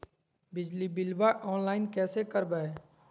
बिजली बिलाबा ऑनलाइन कैसे करबै?